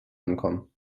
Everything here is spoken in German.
ankommen